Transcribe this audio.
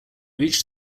reached